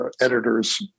editors